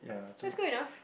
that's good enough